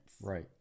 Right